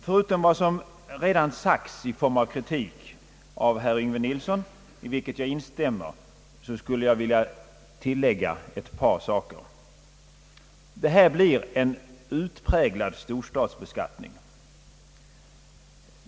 Förutom den kritik som redan har framförts av herr Yngve Nilsson och i vilken jag instämmer, vill jag tillägga ett par saker. Denna skatt blir en utpräglad storstadsbeskattning.